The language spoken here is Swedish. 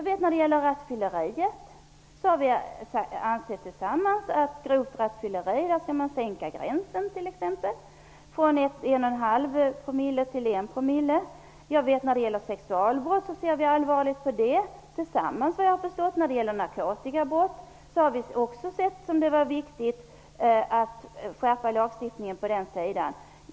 Vi har gemensamt ansett att man t.ex. skall sänka gränsen för grovt rattfylleri från 1,5 promille till 1 promille. Vi ser gemensamt, såvitt jag har förstått, allvarligt på sexualbrott, och vi har också sett det som viktigt att skärpa lagstiftningen för narkotikabrott.